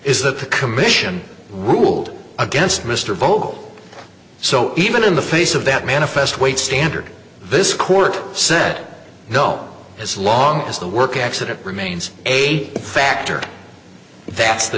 is that the commission ruled against mr vogel so even in the face of that manifest weight standard this court said no as long as the work accident remains a factor that's the